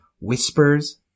whispers